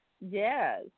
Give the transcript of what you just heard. Yes